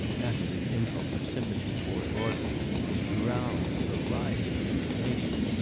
natalie's impulse of sympathy toward audrey was drowned in her rising indignation.